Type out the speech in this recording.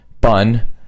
bun